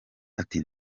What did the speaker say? ati